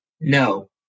No